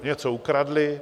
Něco ukradli?